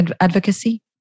advocacy